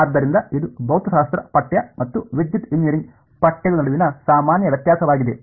ಆದ್ದರಿಂದ ಇದು ಭೌತಶಾಸ್ತ್ರ ಪಠ್ಯ ಮತ್ತು ವಿದ್ಯುತ್ ಎಂಜಿನಿಯರಿಂಗ್ ಪಠ್ಯದ ನಡುವಿನ ಸಾಮಾನ್ಯ ವ್ಯತ್ಯಾಸವಾಗಿದೆ